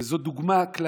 וזו דוגמה קלאסית.